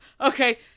okay